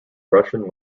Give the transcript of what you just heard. russian